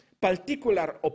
particular